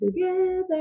together